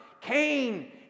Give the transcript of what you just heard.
Cain